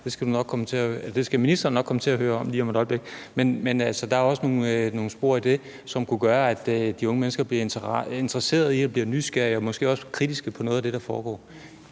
det skal ministeren nok komme til at høre om lige om et øjeblik – så der er også nogle spor der, som kunne gøre de unge mennesker mere interesserede, nysgerrige og måske også kritiske over for noget af det, der foregår.